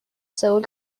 سئول